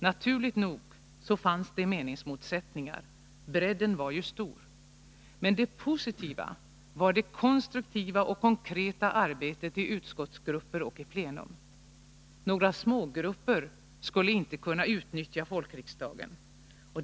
Naturligt nog fanns det meningsmotsättningar, bredden var ju stor, men det positiva var det konstruktiva och konkreta arbetet i utskottsgrupper och i plenum. Några smågrupper skulle inte kunna utnyttja folkriksdagen.